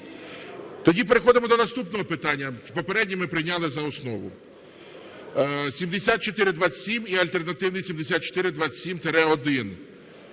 Тоді переходимо до наступного питання, попереднє ми прийняли за основу. 7427 і альтернативний 7427-1